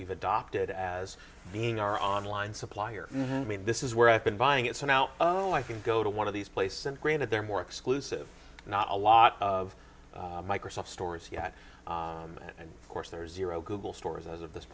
we've adopted as being our online supplier i mean this is where i've been buying it so now i can go to one of these places and granted they're more exclusive not a lot of microsoft stores yet and of course there's zero google stores as of this